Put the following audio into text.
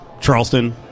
Charleston